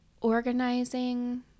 organizing